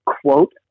quote